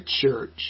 church